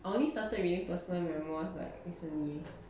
I only started reading personal memoirs like recently